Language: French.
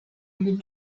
guide